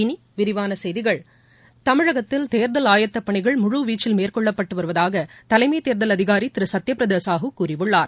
இனி விரிவான செய்கிகள் தமிழகத்தில் தேர்தல் ஆயத்தப்பணிகள் முழு வீச்சில் மேற்கொள்ளப்பட்டு வருவதாக தலைமை தேர்தல் அதிகாரி திரு சத்தியப்பிரதா சாஹு கூறியுள்ளார்